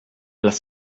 les